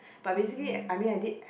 but basically I mean I did